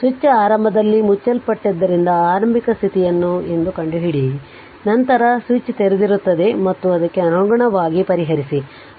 switch ಆರಂಭದಲ್ಲಿ ಮುಚ್ಚಲ್ಪಟ್ಟಿದ್ದರಿಂದ ಆರಂಭಿಕ ಸ್ಥಿತಿ ಯನ್ನು ಎಂದು ಕಂಡುಹಿಡಿಯಿರಿ ನಂತರ ಸ್ವಿಚ್ ತೆರೆದಿರುತ್ತದೆ ಮತ್ತು ಅದಕ್ಕೆ ಅನುಗುಣವಾಗಿ ಪರಿಹರಿಸಿ